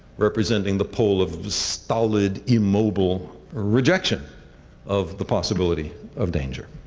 representing the pole of of stolid, immobile rejection of the possibility of danger.